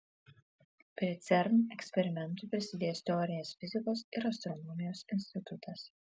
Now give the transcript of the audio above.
prie cern eksperimentų prisidės teorinės fizikos ir astronomijos institutas